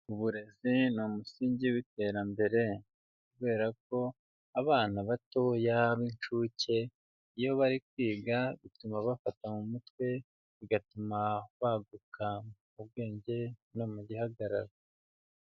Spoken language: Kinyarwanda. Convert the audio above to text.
Uburezi ni umusingi w'iterambere kubera ko abana batoya b'inshuke iyo bari kwiga bituma bafata mu mutwe, bigatuma baguka mu bwenge no mu gihagararo.